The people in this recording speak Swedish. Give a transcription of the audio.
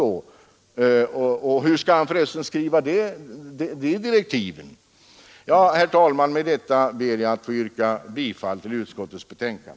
Och hur skall han förresten skriva de direktiven? Herr talman! Med detta ber jag att få yrka bifall till utskottets hemställan.